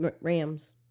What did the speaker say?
Rams